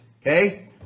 okay